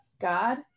God